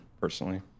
personally